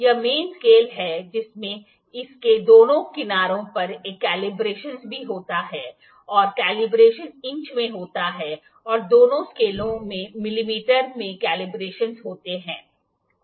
यह main scale है जिसमें इसके दोनों किनारों पर एक केलिब्रेशनस भी होता है और केलिब्रेशनस इंच में होता है और दोनों स्केलों में मिमी में केलिब्रेशनस होते हैं